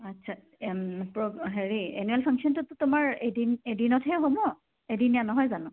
আচ্ছা হেৰি এনুৱেল ফাংচ্যনটোতো তোমাৰ এদিন এদিনতহে হ'ব এদিনীয়া নহয় জানো